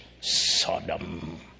Sodom